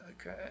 Okay